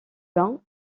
bains